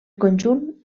conjunt